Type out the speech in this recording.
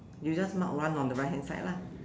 you just mark one on the right hand side lah